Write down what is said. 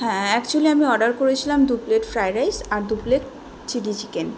হ্যাঁ অ্যাকচুয়্যালি আমি অর্ডার করেছিলাম দু প্লেট ফ্রায়েড রাইস আর দু প্লেট চিলি চিকেন